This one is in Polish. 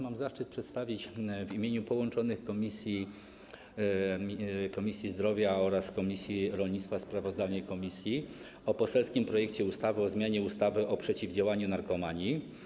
Mam zaszczyt przedstawić w imieniu połączonych komisji: Komisji Zdrowia oraz komisji rolnictwa sprawozdanie komisji o poselskim projekcie ustawy o zmianie ustawy o przeciwdziałaniu narkomanii.